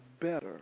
better